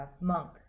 monk